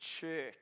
church